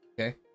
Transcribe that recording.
Okay